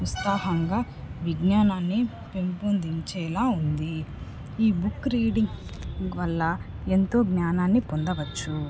ఉత్సాహంగా విజ్ఞానాన్ని పెంపొందించేలా ఉంది ఈ బుక్ రీడింగ్ వల్ల ఎంతో జ్ఞానాన్ని పొందవచ్చు